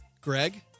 Greg